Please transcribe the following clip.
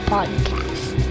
Podcast